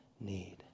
need